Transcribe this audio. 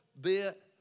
bit